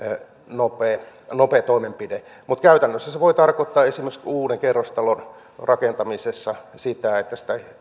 nopea nopea toimenpide mutta käytännössä se voi tarkoittaa esimerkiksi uuden kerrostalon rakentamisessa sitä että sitä